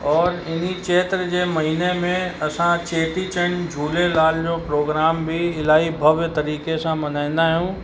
और इन चैत्र जे महीने में असां चेटीचंडु झूलेलाल जो प्रोग्राम बि इलाही भव्य तरीक़े सां मल्हाईंदा आहियूं